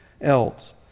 else